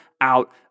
out